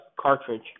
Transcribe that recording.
cartridge